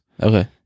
okay